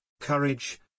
courage